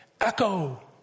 echo